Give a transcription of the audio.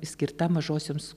skirta mažosioms